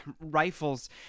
rifles